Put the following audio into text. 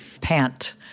pant